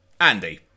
Andy